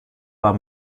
war